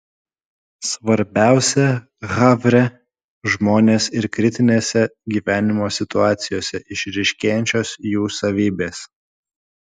svarbiausia havre žmonės ir kritinėse gyvenimo situacijose išryškėjančios jų savybės